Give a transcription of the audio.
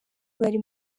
bari